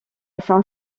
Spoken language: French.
saint